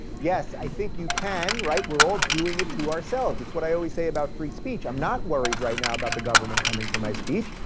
yes, i think you can. we're all doing it to ourselves. it's what i always say about free speech. i'm not worried right now about the government coming for my speech.